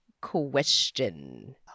question